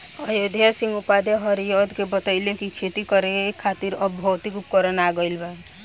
अयोध्या सिंह उपाध्याय हरिऔध के बतइले कि खेती करे खातिर अब भौतिक उपकरण आ गइल बा